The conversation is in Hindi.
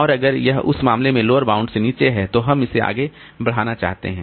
और अगर यह उस मामले में लोअर बाउंड से नीचे है तो हम इसे आगे बढ़ाना चाहते हैं